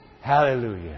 Hallelujah